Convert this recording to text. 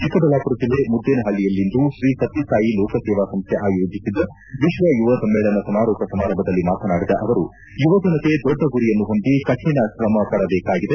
ಚಿಕ್ಕಬಳ್ಳಾಮರ ಜಿಲ್ಲೆ ಮುದ್ಲೇನಹಳ್ಳಿಯಲ್ಲಿಂದು ಶ್ರೀ ಸತ್ಯಸಾಯಿ ಲೋಕಸೇವಾ ಸಂಸ್ಥೆ ಆಯೋಜಿಸಿದ್ದ ವಿಶ್ವ ಯುವ ಸಮ್ಮೇಳನ ಸಮಾರೋಪ ಸಮಾರಂಭದಲ್ಲಿ ಮಾತನಾಡಿದ ಅವರು ಯುವಜನತೆ ದೊಡ್ಡ ಗುರಿಯನ್ನು ಹೊಂದಿ ಕಠಿಣ ಶ್ರಮಪಡಬೇಕಾಗಿದೆ